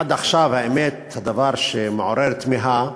עד עכשיו, האמת, הדבר שמעורר תמיהה,